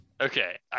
Okay